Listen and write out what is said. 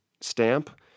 stamp